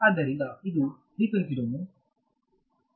ಆದ್ದರಿಂದ ಇದು frequency domain